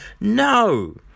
No